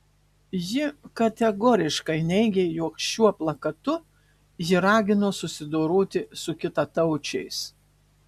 ji kategoriškai neigė jog šiuo plakatu ji ragino susidoroti su kitataučiais